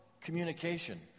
communication